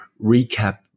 recap